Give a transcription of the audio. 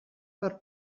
per